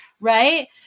right